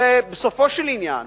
הרי בסופו של עניין